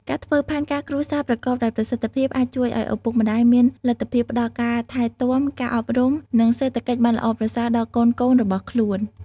ការធ្វើផែនការគ្រួសារប្រកបដោយប្រសិទ្ធភាពអាចជួយឲ្យឪពុកម្តាយមានលទ្ធភាពផ្តល់ការថែទាំ ការអប់រំ និងសេដ្ឋកិច្ចបានល្អប្រសើរដល់កូនៗរបស់ខ្លួន។